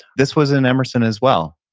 this was in emerson as well.